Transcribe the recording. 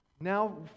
Now